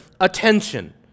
attention